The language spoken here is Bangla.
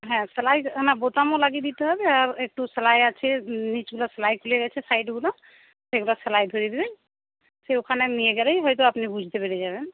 হ্যাঁ সেলাই না বোতামও লাগিয়ে দিতে হবে আর একটু সেলাই আছে নীচগুলোর সেলাই খুলে গেছে সাইডগুলো সেগুলো সেলাই করে দেবেন সে ওখানে নিয়ে গেলেই হয়তো আপনি বুঝতে পেরে যাবেন